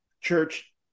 church